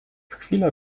chwilę